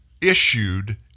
issued